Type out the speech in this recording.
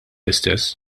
istess